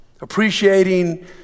Appreciating